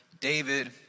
David